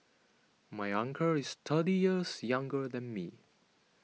my uncle is thirty years younger than me